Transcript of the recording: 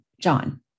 john